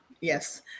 yes